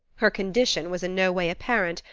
her condition was in no way apparent,